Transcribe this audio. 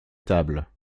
tables